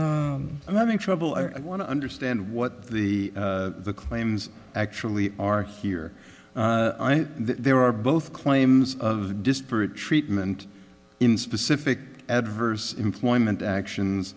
i'm having trouble i want to understand what the the claims actually are here there are both claims of disparate treatment in specific adverse employment actions